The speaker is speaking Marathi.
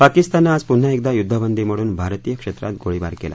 पाकीस्ताननं आज पुन्हा एकदा युध्दबंदी मोडून भारतीय क्षेत्रात गोळिबार केला